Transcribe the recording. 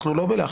אנחנו לא בלחץ.